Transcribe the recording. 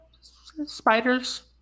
spiders